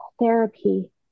Therapy